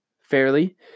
fairly